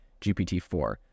GPT-4